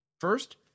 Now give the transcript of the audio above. First